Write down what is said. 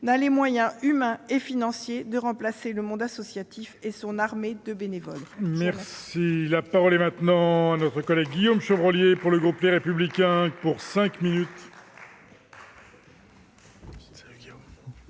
n'a les moyens humains et financiers de remplacer le monde associatif et son armée de bénévoles.